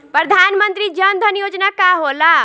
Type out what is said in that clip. प्रधानमंत्री जन धन योजना का होला?